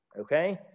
Okay